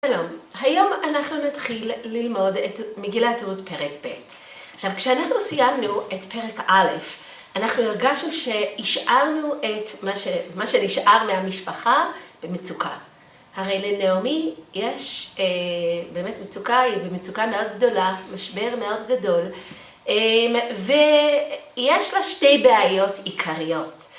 שלום, היום אנחנו נתחיל ללמוד את מגילתות פרק ב'. עכשיו כשאנחנו סיימנו את פרק א', אנחנו הרגשנו שהשארנו את מה שנשאר מהמשפחה במצוקה. הרי לנעמי יש באמת מצוקה, היא במצוקה מאוד גדולה, משבר מאוד גדול, ויש לה שתי בעיות עיקריות.